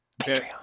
Patreon